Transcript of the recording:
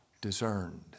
discerned